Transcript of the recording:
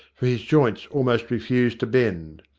for his joints almost refused to bend.